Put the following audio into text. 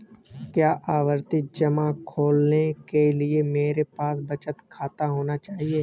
क्या आवर्ती जमा खोलने के लिए मेरे पास बचत खाता होना चाहिए?